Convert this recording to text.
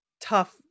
tough